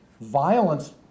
violence